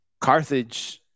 Carthage